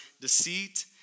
deceit